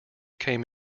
came